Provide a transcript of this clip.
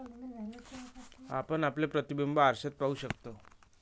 आपण आपले प्रतिबिंब आरशात पाहू शकतो